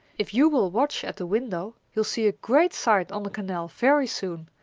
if you will watch at the window, you'll see a great sight on the canal very soon,